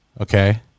okay